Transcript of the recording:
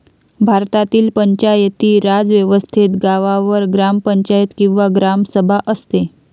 भारतातील पंचायती राज व्यवस्थेत गावावर ग्रामपंचायत किंवा ग्रामसभा असते